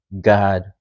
God